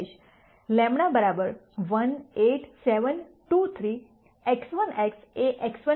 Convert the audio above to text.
λ 1 8 7 2 3 X1x એ X1 X2 છે